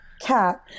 Cat